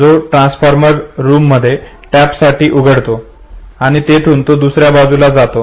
जो ट्रान्सफॉर्मर रूममध्ये टॅप साठी उघडतो आणि तेथून तो दुसर्या बाजूला जातो